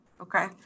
Okay